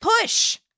Push